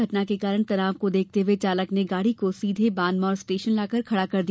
घटना के कारण तनाव को देखते हुए चालक ने गाड़ी को सीधे बानमौर स्टेशन लाकर खड़ा कर दिया